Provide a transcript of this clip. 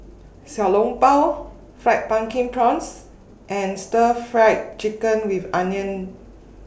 Xiao Long Bao Fried Pumpkin Prawns and Stir Fried Chicken with Onions